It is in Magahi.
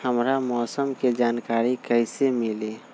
हमरा मौसम के जानकारी कैसी मिली?